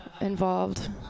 Involved